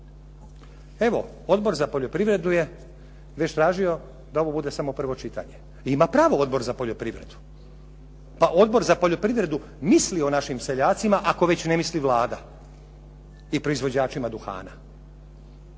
Evo Odbor za poljoprivredu je tražio već da ovo bude samo prvo čitanje i ima pravo Odbor za poljoprivredu. Pa Odbor za poljoprivredu misli o našim seljacima ako već ne misli Vlada i proizvođačima duhana.